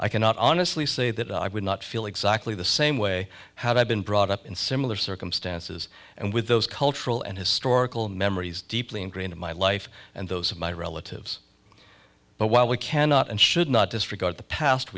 i cannot honestly say that i would not feel exactly the same way how i've been brought up in similar circumstances and with those cultural and historical memories deeply ingrained in my life and those of my relatives but while we cannot and should not disregard the past